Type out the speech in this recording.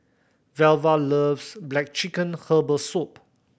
Velva loves black chicken herbal soup